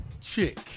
chick